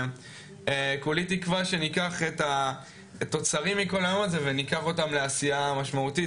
וכולי תקווה שניקח את התוצרים מכל היום הזה וניקח אותם לעשייה משמעותית,